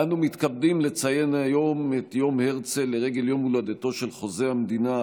אנו מתכבדים לציין היום את יום הרצל לרגל יום הולדתו של חוזה המדינה,